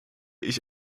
ich